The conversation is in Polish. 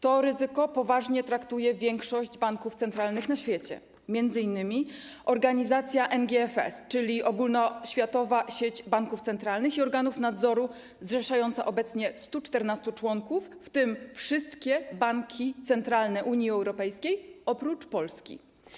To ryzyko poważnie traktuje większość banków centralnych na świecie, m.in. organizacja NGFS, czyli ogólnoświatowa sieć banków centralnych i organów nadzoru, zrzeszająca obecnie 114 członków, w tym wszystkie banki centralne Unii Europejskiej, oprócz Polski.